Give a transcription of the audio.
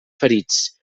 ferits